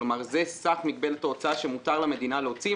כלומר זה סך מגבלת ההוצאה שמותר למדינה להוציא.